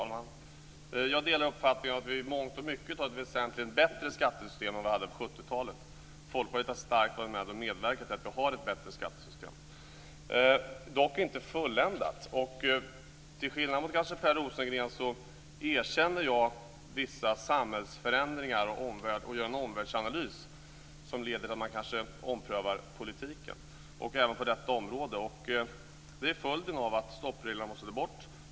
Fru talman! Jag delar uppfattningen att vi i mångt och mycket har ett väsentligt bättre skattesystem än vi hade på 70-talet. Folkpartiet har starkt varit med om att medverka till att vi har ett bättre skattesystem. Det är dock inte fulländat. Till skillnad - kanske - från Per Rosengren erkänner jag vissa samhällsförändringar och gör en omvärldsanalys som kan leda till en omprövning av politiken även på detta område. Som en följd av detta måste stoppreglerna bort.